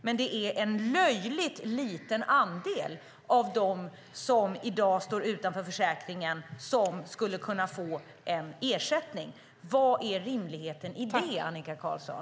Men det är en löjligt liten andel av dem som i dag står utanför försäkringen som skulle kunna få en ersättning. Vad är rimligheten i det, Annika Qarlsson?